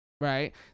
right